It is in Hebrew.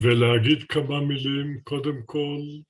ולהגיד כמה מילים קודם כל